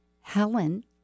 Helen